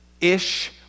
ish